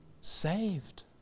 saved